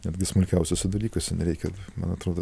netgi smulkiausiuose dalykuose nereikia man atrodo